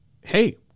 hey